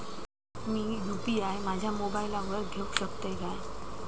मी UPI माझ्या मोबाईलावर घेवक शकतय काय?